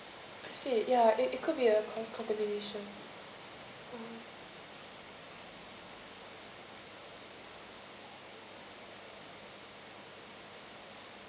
okay ya it it could be uh com~ combination